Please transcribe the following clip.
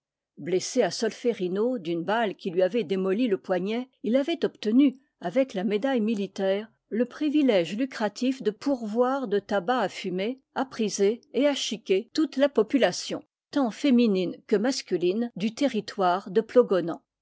blessé à solférino d'une balle qui lui avait démoli le poignet il avait obtenu avec la médaille militaire le privilège lucratif de pourvoir de tabac à fumer à priser et à chiquer toute la population tant féminine que masculine du territoire de